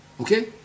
Okay